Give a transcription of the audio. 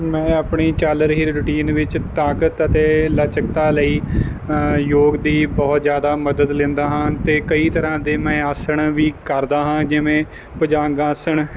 ਮੈਂ ਆਪਣੀ ਚੱਲ ਰਹੀ ਰੂਟੀਨ ਵਿੱਚ ਤਾਕਤ ਅਤੇ ਲਚਕਤਾ ਲਈ ਯੋਗ ਦੀ ਬਹੁਤ ਜ਼ਿਆਦਾ ਮਦਦ ਲੈਂਦਾ ਹਾਂ ਅਤੇ ਕਈ ਤਰ੍ਹਾਂ ਦੇ ਮੈਂ ਆਸਣ ਵੀ ਕਰਦਾ ਹਾਂ ਜਿਵੇਂ ਭੁਝੰਗ ਆਸਣ